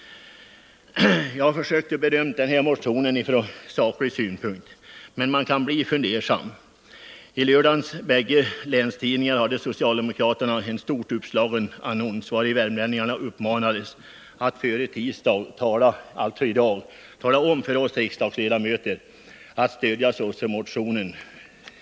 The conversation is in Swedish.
Jag har försökt bedöma motionen från saklig synpunkt, men man kan bli fundersam. I lördagens båda länstidningar hade socialdemokraterna en stort uppslagen annons vari värmlänningarna uppmanades att före tisdag — alltså i dag — tala om för oss riksdagsledamöter att vi skulle stödja sossemotionen.